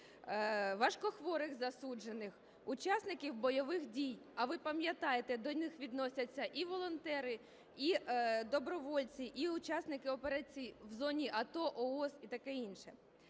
важкохворих засуджених, учасників бойових дій, а ви пам'ятаєте, до них відносяться і волонтери, і добровольці, і учасники операцій в зоні АТО/ООС і таке інше.